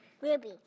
Ruby